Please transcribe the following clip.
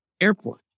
Airport